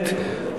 כמו כן,